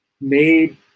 made